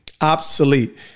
obsolete